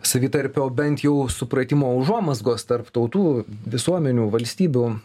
savitarpio bent jau supratimo užuomazgos tarp tautų visuomenių valstybių